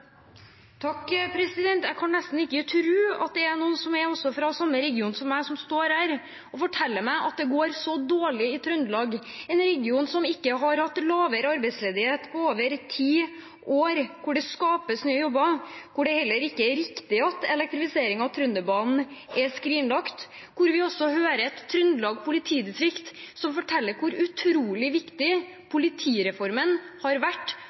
Jeg kan nesten ikke tro at noen fra samme region som meg står her og forteller meg at det går så dårlig i Trøndelag, en region som ikke har hatt lavere arbeidsledighet på over ti år, hvor det skapes nye jobber, hvor det heller ikke er riktig at elektrifiseringen av Trønderbanen er skrinlagt, og hvor vi hører Trøndelag politidistrikt forteller hvor utrolig viktig politireformen har vært